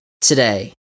today